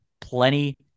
plenty